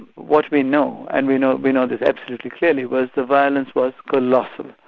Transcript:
what we know, and we know we know this absolutely clearly, was the violence was colossal,